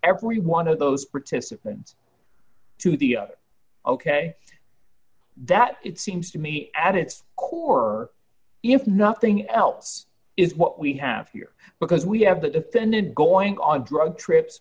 every one of those participants to the up ok that it seems to me at its core if nothing else is what we have here because we have the defendant going on drug trips